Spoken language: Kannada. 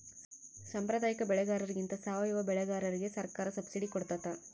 ಸಾಂಪ್ರದಾಯಿಕ ಬೆಳೆಗಾರರಿಗಿಂತ ಸಾವಯವ ಬೆಳೆಗಾರರಿಗೆ ಸರ್ಕಾರ ಸಬ್ಸಿಡಿ ಕೊಡ್ತಡ